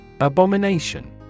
Abomination